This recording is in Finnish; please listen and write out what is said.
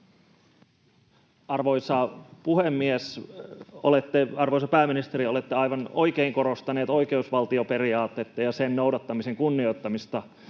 Arvoisa puhemies! Olette, arvoisa pääministeri, aivan oikein korostanut oikeusvaltioperiaatetta ja sen noudattamisen kunnioittamista